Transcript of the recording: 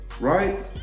right